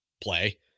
play